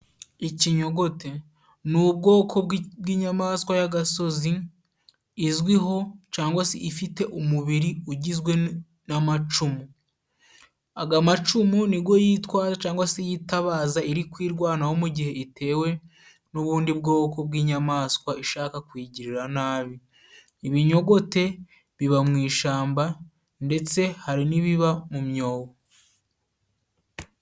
Ikinyogote ni ubwoko bwi bw'inyamaswa y'agasozi, izwiho cangwa se ifite umubiri ugizwe n'amacumu. Aga macumu nigo yitwaza cangwa se yitabaza iri kwirwanaho, mu gihe itewe n'ubundi bwoko bw'inyamaswa ishaka kuyigirira nabi. Ibinyogote biba mu ishamba ndetse hari n'ibiba mu myobo.